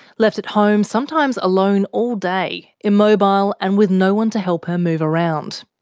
left at home sometimes alone all day, immobile and with no one to help her move around.